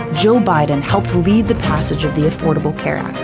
joe biden helped lead the passage of the affordable care act,